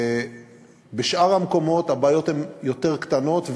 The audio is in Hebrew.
בשאר המקומות הבעיות יותר קטנות,